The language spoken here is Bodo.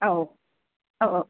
औ औ औ